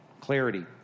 clarity